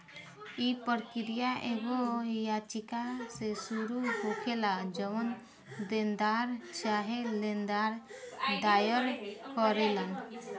इ प्रक्रिया एगो याचिका से शुरू होखेला जवन देनदार चाहे लेनदार दायर करेलन